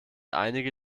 einige